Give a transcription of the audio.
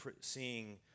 seeing